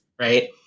right